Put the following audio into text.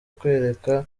kwereka